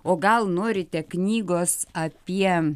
o gal norite knygos apie